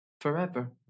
forever